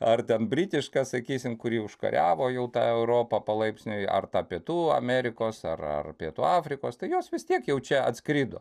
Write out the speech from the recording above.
ar ten britiška sakysim kuri užkariavo jau tą europą palaipsniui ar ta pietų amerikos ar ar pietų afrikos tai jos vis tiek jau čia atskrido